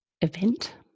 event